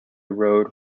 road